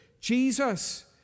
Jesus